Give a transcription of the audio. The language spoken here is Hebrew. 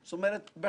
אני מבקש,